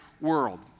world